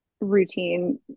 routine